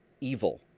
evil